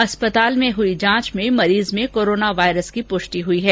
अस्पताल में हुई जांच में मरीज में कोरोना वायरस की पुष्टि हुई है